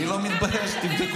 ממש ממש גזען, דודי.